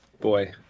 Boy